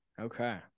Okay